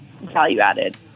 value-added